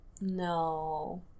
No